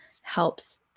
helps